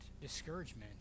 discouragement